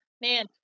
man